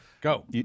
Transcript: Go